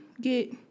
get